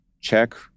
check